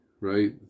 right